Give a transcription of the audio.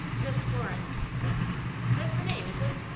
miss florence that's her name, is it?